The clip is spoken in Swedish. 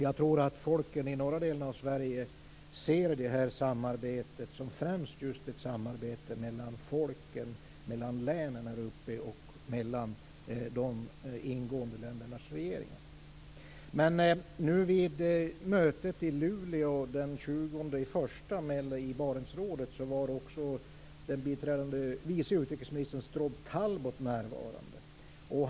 Jag tror att folken i den norra delen av Sverige ser det här samarbetet som främst ett samarbete mellan folken, mellan länen där uppe och mellan de ingående ländernas regeringar. Vid mötet i Luleå den 20 januari med Barentsrådet var också den vice utrikesministern Strobe Talbott närvarande.